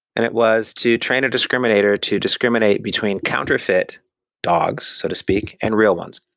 and it was to train a discriminator to discriminate between counterfeit dogs, so to speak, and real ones.